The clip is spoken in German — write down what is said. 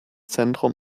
zentrum